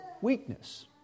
weakness